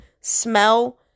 smell